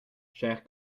chers